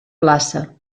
plaça